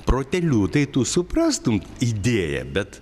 proteliu tai tu suprastum idėją bet